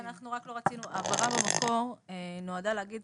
כן, אנחנו רק לא רצינו, ההבהרה במקור נועדה להגיד